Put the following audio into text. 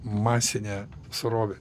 masinę srovę